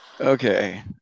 Okay